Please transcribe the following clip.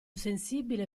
sensibile